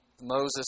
Moses